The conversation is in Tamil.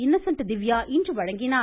இன்னசன்ட் திவ்யா இன்று வழங்கினார்